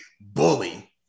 bully